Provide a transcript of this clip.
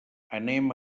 anem